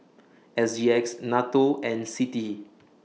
S G X NATO and CITI